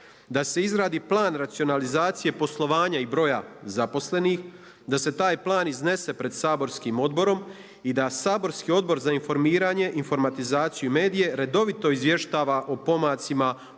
da se izradi plan racionalizacije poslovanja i broja zaposlenih, da se taj plan iznese pred saborskim odborom i da saborski Odbor za informiranje, informatizaciju i medije redovito izvještava o pomacima